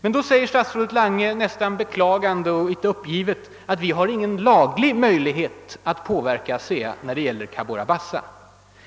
Men nu säger statsrådet Lange, nästan beklagande och en smula uppgivet, att vi har ingen laglig möjlighet att påverka ASEA när det gäller Cabora Bassa.